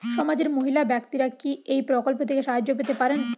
সমাজের মহিলা ব্যাক্তিরা কি এই প্রকল্প থেকে সাহায্য পেতে পারেন?